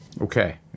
Okay